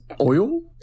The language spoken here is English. oil